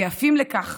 ויפים לכך